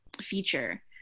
feature